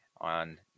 on